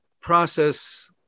process